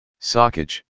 sockage